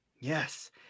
Yes